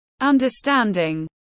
Understanding